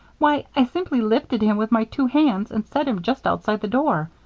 why, i simply lifted him with my two hands and set him just outside the door.